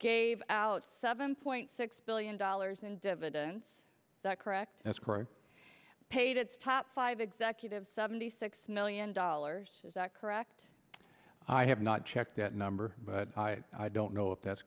gave out seven point six billion dollars in dividends that correct that's correct paid its top five executives seventy six million dollars is that correct i have not checked that number but i don't know if that's